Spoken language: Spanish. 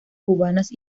cubanas